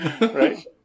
Right